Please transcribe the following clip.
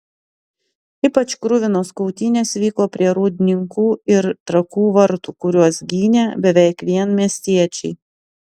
ypač kruvinos kautynės vyko prie rūdninkų ir trakų vartų kuriuos gynė beveik vien miestiečiai